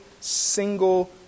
Single